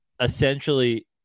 essentially